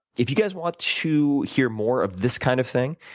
if you guys want to hear more of this kind of thing,